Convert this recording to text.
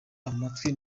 amatwi